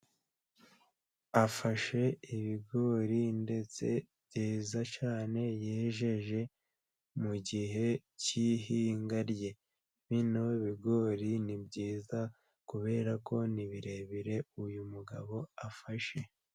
Afashe ibigori ndetse byiza cyane yejeje mu gihe cy'ihinga rye. Bino bigori ni byiza kubera ko ni birebire uyu mugabo afashe.